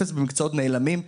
אפס במקצועות נעלמים,